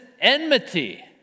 enmity